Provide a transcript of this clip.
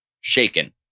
shaken